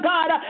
God